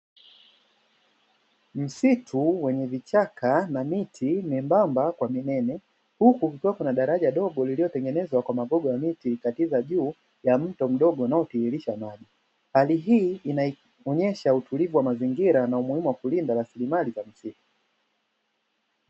Msitu wenye vichaka na miti myembamba kwa minene, huku kukiwa na daraja dogo lililotengenezwa kwa magogo ya miti likikatiza juu ya mto mdogo unaotiririsha maji. Hali hii inaonesha utulivu wa mazingira na umuhimu wa kulinda rasilimali za misitu.